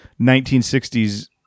1960s